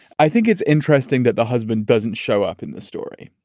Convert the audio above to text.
i think it's interesting that the husband doesn't show up in the story